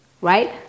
right